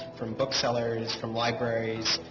from book sellers, from libraries,